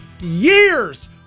years